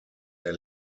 der